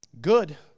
Good